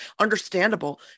understandable